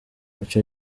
ico